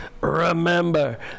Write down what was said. Remember